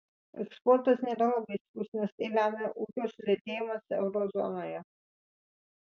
eksportas nėra labai stiprus nes tai lemia ūkio sulėtėjimas euro zonoje